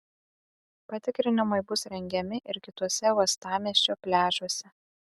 patikrinimai bus rengiami ir kituose uostamiesčio pliažuose